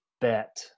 bet